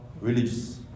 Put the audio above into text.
religious